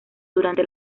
durante